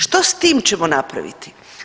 Što s tim ćemo napraviti?